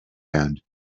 band